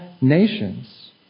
nations